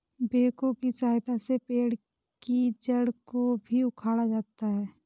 backhoe की सहायता से पेड़ के जड़ को भी उखाड़ा जाता है